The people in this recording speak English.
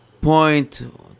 point